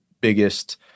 biggest